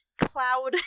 cloud